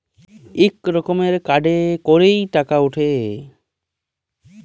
ইক রকমের কাড়ে ক্যইরে টাকা উঠে